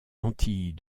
antilles